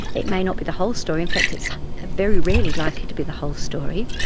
it may not be the whole story. in fact, it's very rarely likely to be the whole story.